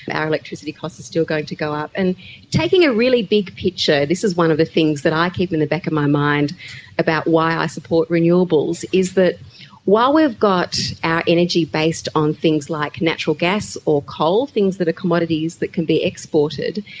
our electricity costs are still going to go up. and taking a really big picture, this is one of the things that i keep in the back of my mind about why i support renewables, is that while we've got our energy based on things like natural gas or coal, things that are commodities that can be exported,